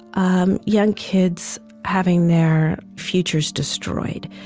um young kids having their futures destroyed.